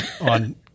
on